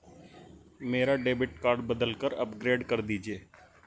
मेरा debit card बदलकर upgrade कर दीजिए